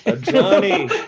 Johnny